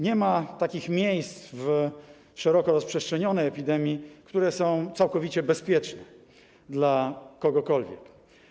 Nie ma takich miejsc w sytuacji szeroko rozprzestrzenionej epidemii, które są całkowicie bezpieczne dla kogokolwiek.